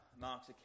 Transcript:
Mark's